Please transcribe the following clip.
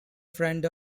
friend